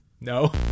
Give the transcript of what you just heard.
No